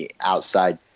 outside